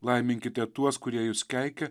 laiminkite tuos kurie jus keikia